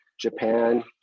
Japan